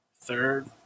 third